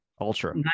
Ultra